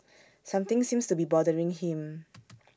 something seems to be bothering him